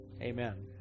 Amen